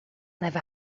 never